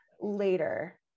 later